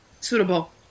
Suitable